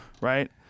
right